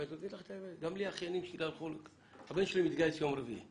הבן שלי מתגייס ביום רביעי